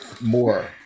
more